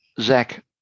Zach